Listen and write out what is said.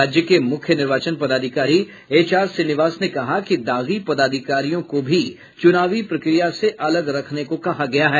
राज्य के मुख्य निर्वाचन पदाधिकारी एचआर श्रीनिवास ने कहा कि दागी पदाधिकारियों को भी चुनावी प्रक्रिया से अलग रखने को कहा गया है